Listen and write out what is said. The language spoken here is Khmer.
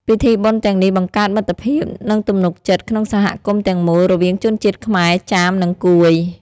ពិធីបុណ្យទាំងនេះបង្កើតមិត្តភាព និងទំនុកចិត្តក្នុងសហគមន៍ទាំងមូលរវាងជនជាតិខ្មែរ ចាម និងកួយ។